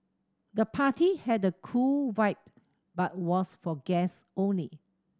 the party had a cool vibe but was for guest only